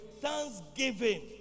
thanksgiving